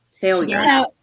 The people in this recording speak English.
Failure